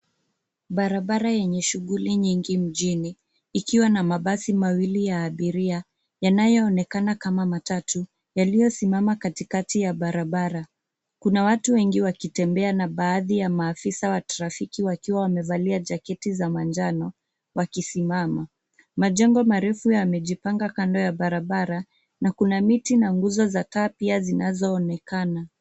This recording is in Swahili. Barabara yenye shughuli nyingi mjini, ikiwa na mabasi mawili ya abiria yanayoonekana kama matatu, yaliyosimama katikati ya barabara. Kuna watu wengi wakitembea na baadhi ya maafisa wa trafiki wakiwa wamevalia jaketi za manjano wakisimama. Majengo marefu yamejipanga kando ya barabara na kuna miti na nguzo za taa pia zinazoonekana.